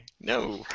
no